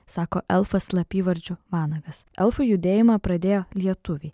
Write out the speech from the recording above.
sako elfas slapyvardžiu vanagas elfų judėjimą pradėjo lietuviai